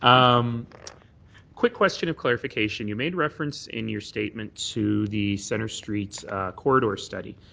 um quick question of clarification. you made reference in your statement to the centre street corridor study.